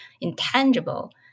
intangible